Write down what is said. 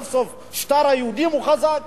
סוף-סוף שטר היהודים הוא חזק.